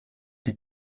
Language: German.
die